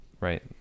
right